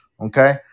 Okay